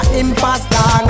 imposter